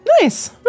Nice